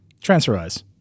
Transferize